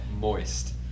moist